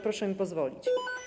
Proszę mi pozwolić.